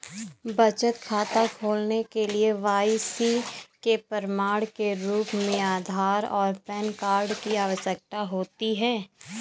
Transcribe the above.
बचत खाता खोलने के लिए के.वाई.सी के प्रमाण के रूप में आधार और पैन कार्ड की आवश्यकता होती है